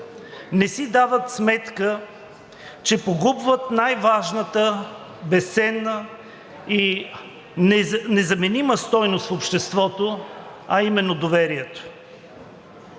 не си дават сметка, че погубват най-важната, безценна и незаменима стойност в обществото, а именно доверието.